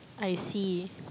I see